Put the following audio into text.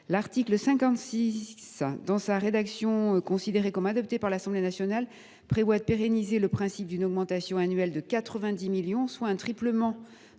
L’article 56, dans sa rédaction considérée comme adoptée par l’Assemblée nationale, vise à pérenniser le principe d’une augmentation annuelle de 90 millions d’euros, soit un triplement